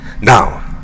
Now